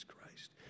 Christ